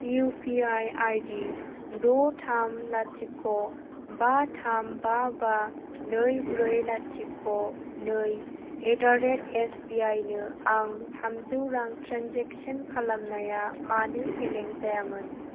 UPI आइदि द' थाम लाथिख' बा थाम बा बा नै ब्रै लाथिख' नै एदारेट एसबिआइ नो आं थामजौ रां ट्रेन्जेक्सन खालामनाया मानो फेलें जायामोन